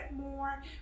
more